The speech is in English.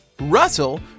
Russell